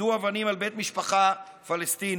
יידו אבנים על בית משפחה פלסטינית,